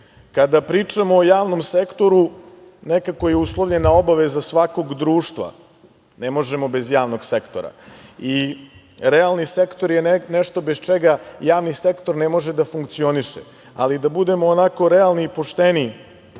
pričamo o javnom sektoru nekako je uslovljena obaveza svakog društva, ne možemo bez javnog sektora i realni sektor je nešto bez čega javni sektor ne može da funkcioniše. Ali, da budemo realni i pošteni